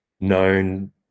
known